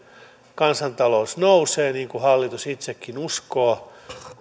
kansantalous nousee niin kuin hallitus itsekin uskoo